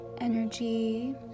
Energy